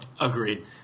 agreed